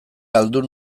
galdu